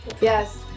Yes